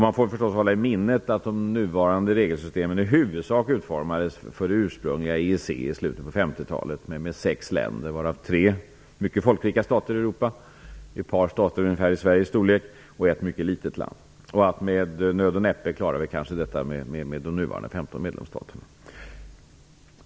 Man får förstås hålla i minnet att de nuvarande regelsystemen i huvudsak ursprungligen utformats för EEC i slutet av 50-talet med sex länder - tre mycket folkrika stater i Europa, två stater ungefärligen av Sveriges storlek och ett mycket litet land. Med nöd och näppe klarar vi kanske detta med de nuvarande 15 medlemsstaterna.